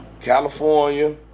California